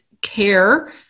care